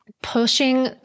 pushing